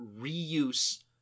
reuse